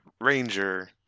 ranger